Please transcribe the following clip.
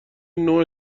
نوع